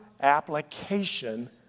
application